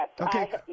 Okay